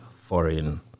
foreign